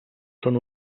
són